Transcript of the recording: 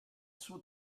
suo